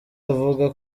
avuga